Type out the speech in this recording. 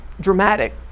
dramatic